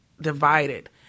divided